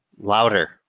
Louder